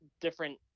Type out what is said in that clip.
different